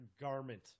garment